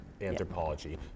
anthropology